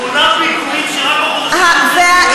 שמונה פיגועים שרק בחודשים האחרונים,